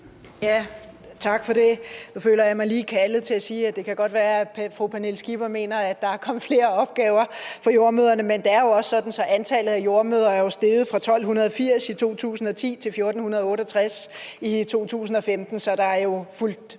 (V): Tak for det. Nu føler jeg mig lige kaldet til at sige, at det godt kan være, at fru Pernille Skipper mener, at der er kommet flere opgaver for jordemødrene, men det er jo også sådan, at antallet af jordemødre er steget fra 1.280 i 2010 til 1.468 i 2015, så der er fulgt